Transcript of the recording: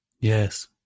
Yes